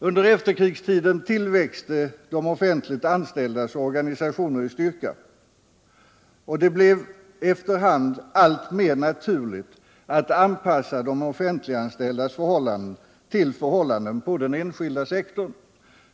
Under efterkrigstiden tillväxte de offentligt anställdas organisationer i styrka, och det blev efter hand alltmer naturligt att anpassa de offentliganställdas förhållanden till förhållandena på den enskilda sektorn.